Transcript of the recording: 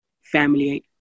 family